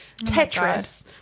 Tetris